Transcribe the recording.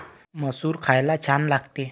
मसूर खायला छान लागते